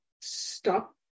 stop